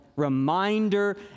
reminder